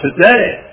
today